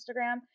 Instagram